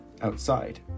outside